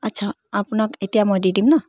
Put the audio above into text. আচ্ছা আপোনাক এতিয়া মই দি দিম ন